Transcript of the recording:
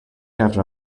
after